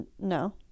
No